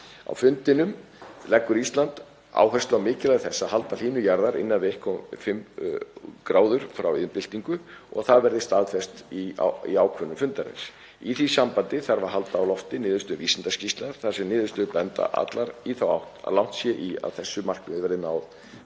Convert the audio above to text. Á fundinum leggur Ísland áherslu á mikilvægi þess að halda hlýnun jarðar innan við 1,5°C frá iðnbyltingu og að það verði staðfest í ákvörðun fundarins. Í því sambandi þarf að halda á lofti niðurstöðum vísindaskýrslna þar sem niðurstöður benda allar í þá átt að langt sé í að þessu markmiði verði náð